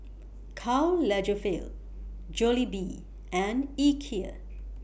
Karl Lagerfeld Jollibee and Ikea